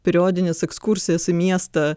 periodines ekskursijas į miestą